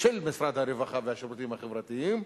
של משרד הרווחה והשירותים החברתיים.